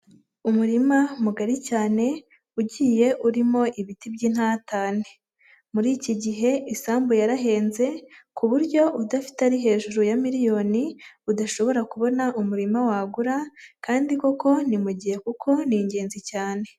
Umurima mugari cyane ugiye urimo ibiti by'intatane, muri iki gihe isambu yarahenze ku buryo udafite ari hejuru ya miliyoni udashobora kubona umurima wagura kandi koko ni mu gihe kuko ni ingenzi cyane.